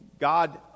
God